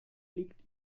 liegt